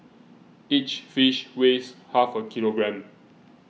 each fish weighs half a kilogram